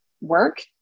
work